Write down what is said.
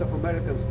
american